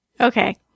Okay